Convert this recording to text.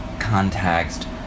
Context